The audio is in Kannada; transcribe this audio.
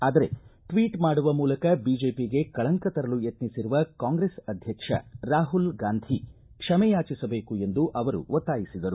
ಆದರೆ ಟ್ವೀಟ್ ಮಾಡುವ ಮೂಲಕ ಬಿಜೆಪಿಗೆ ಕಳಂಕ ತರಲು ಯತ್ನಿಸಿರುವ ಕಾಂಗ್ರೆಸ್ ಅಧ್ಯಕ್ಷ ರಾಹುಲ್ ಗಾಂಧಿ ಕ್ಷಮ ಯಾಚಿಸಬೇಕು ಎಂದು ಅವರು ಒತ್ತಾಯಿಸಿದರು